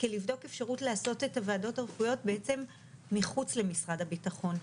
לבדוק אפשרות לעשות את הוועדות הרפואיות בעצם מחוץ למשרד הביטחון.